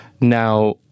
now